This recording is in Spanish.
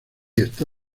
está